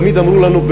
תמיד אמרו לנו,